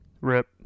RIP